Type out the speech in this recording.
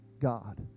God